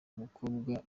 umukobwa